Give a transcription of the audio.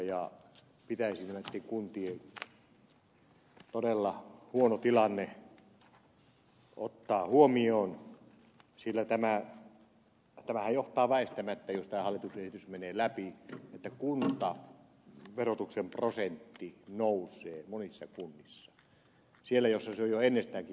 ja pitäisi myöskin kuntien todella huono tilanne ottaa huomioon sillä jos tämä hallituksen esitys menee läpi se johtaa väistämättä siihen että kuntaverotuksen prosentti nousee monissa kunnissa siellä missä se on ennestäänkin jo korkea